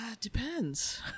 Depends